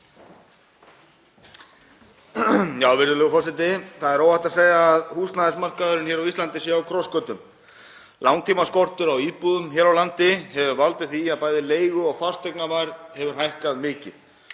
Virðulegur forseti. Það er óhætt að segja að húsnæðismarkaðurinn á Íslandi sé á krossgötum. Langtímaskortur á íbúðum hér á landi hefur valdið því að bæði leigu- og fasteignaverð hefur hækkað mikið.